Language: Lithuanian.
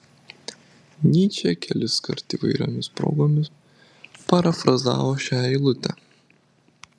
nyčė keliskart įvairiomis progomis parafrazavo šią eilutę